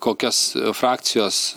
kokias frakcijos